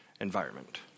environment